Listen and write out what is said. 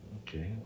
Okay